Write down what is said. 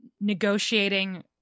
negotiating